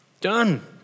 Done